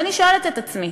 ואני שואלת את עצמי: